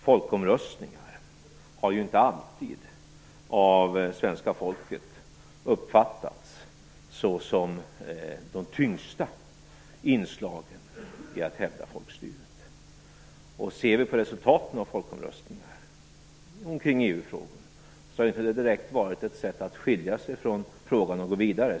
Folkomröstningar har inte alltid av folket uppfattats som de tyngsta inslagen i folkstyret. Ser vi på resultaten av folkomröstningar om t.ex. EU har de ju inte direkt varit ett sätt att skiljas från frågan och gå vidare.